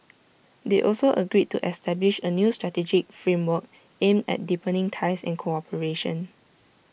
they also agreed to establish A new strategic framework aimed at deepening ties and cooperation